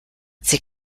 sie